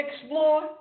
explore